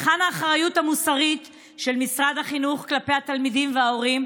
היכן האחריות המוסרית של משרד החינוך כלפי התלמידים וההורים,